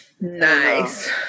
nice